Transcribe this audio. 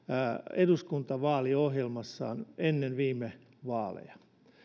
eduskuntavaaliohjelmassaan ennen viime vaaleja